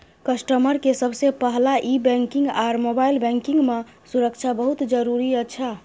customer के सबसे पहला ई बैंकिंग आर मोबाइल बैंकिंग मां सुरक्षा बहुत जरूरी अच्छा